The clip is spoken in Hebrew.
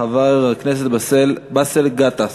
חבר הכנסת באסל גטאס.